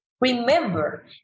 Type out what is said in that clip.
remember